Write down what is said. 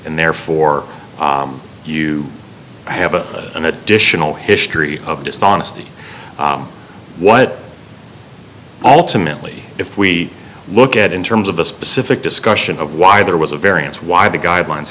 and therefore you have a an additional history of dishonesty what all to mentally if we look at in terms of the specific discussion of why there was a variance why the guidelines